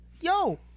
yo